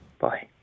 Bye